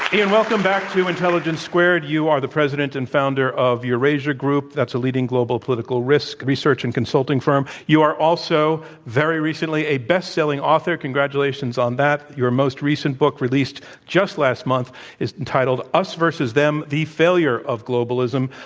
ian, welcome back to intelligence squared. you are the president and founder of eurasia group. that's a leading global political risk research and consulting firm. you are also very recently a bestselling author. congratulations on that. your most recent book released just last month is entitled us versus them the failure of globalism.